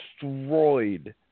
destroyed